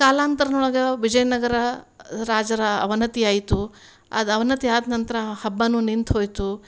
ಕಾಲಾಂತರನೊಳಗ ವಿಜಯನಗರ ರಾಜರ ಅವನತಿಯಾಯಿತು ಅದು ಅವನತಿ ಆದ ನಂತರ ಹಬ್ಬಾ ನಿಂತು ಹೋಯಿತು